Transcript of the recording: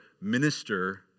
minister